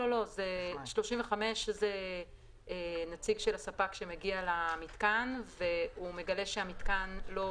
זה נציג של הספק שמגיע למתקן, והוא מגלה שהמתקן לא